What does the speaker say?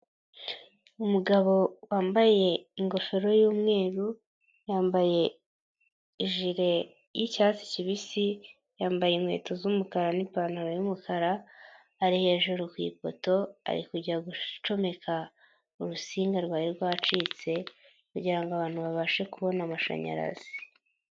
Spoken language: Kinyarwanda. Umugabo wambaye ingofero y'umweru yambaye y'icyatsi kibisi yambaye inkweto z'umukara n'ipantaro y'umukara ari hejuru ku ifoto ari kujya gucomeka urusinga rwari rwacitse kugira ngo abantu babashe kubona amashanyarazi.